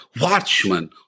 watchman